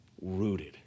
rooted